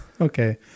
Okay